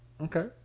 Okay